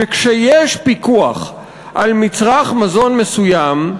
שכשיש פיקוח על מצרך מזון מסוים,